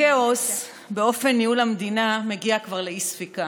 הכאוס באופן ניהול המדינה כבר מגיע לאי-ספיקה.